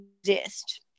exist